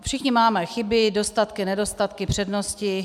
Všichni máme chyby, dostatky, nedostatky, přednosti.